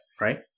right